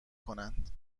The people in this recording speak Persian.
کنند